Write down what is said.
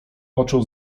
począł